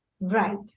Right